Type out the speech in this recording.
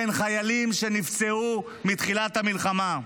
כן, חיילים שנפצעו מתחילת המלחמה.